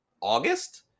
August